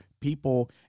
people